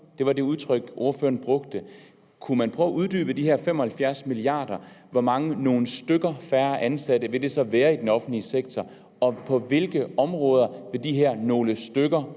Det var det udtryk, ordføreren brugte. Kunne man prøve at uddybe de her 75 mia. kr.: Hvor mange »nogle stykker« færre ansatte vil det så være i den offentlige sektor, og på hvilke områder vil de her »nogle stykker«